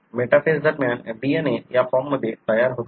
metaphase दरम्यान DNA या फॉर्ममध्ये तयार होतो